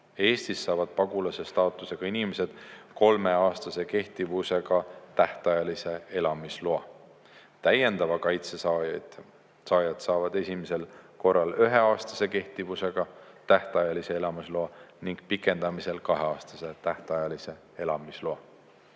Eestis saavad pagulase staatusega inimesed kolmeaastase kehtivusega tähtajalise elamisloa. Täiendava kaitse saajad saavad esimesel korral üheaastase kehtivusega tähtajalise elamisloa ning pikendamisel kaheaastase tähtajalise elamisloa.